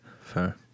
Fair